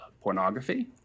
pornography